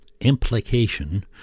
implication